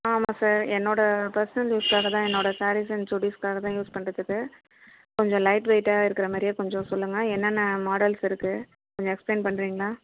ஆமாம் சார் என்னோட பர்சனல் யூஸ்க்காக தான் என்னோட சாரீஸ் அன்ட் சுடீஸ்க்காக தான் யூஸ் பண்ணுறதுக்கு கொஞ்சம் லைட் வெயிட்டாக இருக்கிறா மாதிரியே கொஞ்சம் சொல்லுங்கள் என்னென்ன மாடல்ஸ் இருக்கு கொஞ்சம் எக்ஸ்பிலைன் பண்ணுறீங்களா